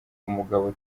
umugabo